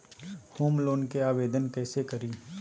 Home loan के आवेदन कैसे करि?